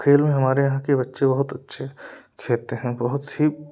खेल में हमारे यहाँ के बच्चे बहुत अच्छे खेलते है बहुत ही